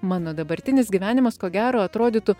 mano dabartinis gyvenimas ko gero atrodytų